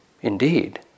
indeed